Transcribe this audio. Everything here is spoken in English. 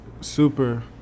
super